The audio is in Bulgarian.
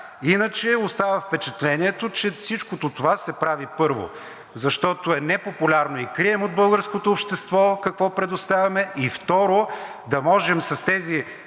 Иначе остава впечатлението, че всичкото това се прави, първо, защото е непопулярно и крием от българското общество какво предоставяме. И второ, да можем с тези